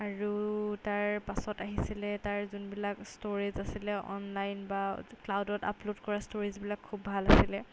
আৰু তাৰ পাছত আহিছিলে তাৰ যোনবিলাক ষ্ট'ৰেজ আছিলে অনলাইন বা ক্লাউডত আপলোড কৰা ষ্ট'ৰেজবিলাক খুব ভাল আছিলে